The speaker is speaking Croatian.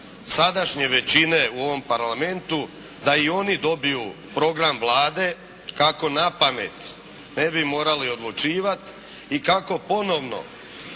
sadašnje većine u ovom Parlamentu, da i oni dobiju program Vlade kako na pamet ne bi morali odlučivati i kako ponovno